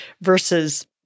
versus